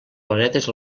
planetes